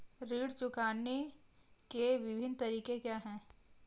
ऋण चुकाने के विभिन्न तरीके क्या हैं?